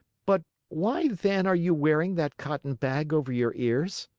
but why then are you wearing that cotton bag over your ears?